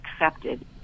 accepted